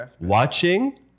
Watching